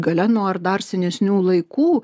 galeno ar dar senesnių laikų